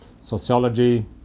sociology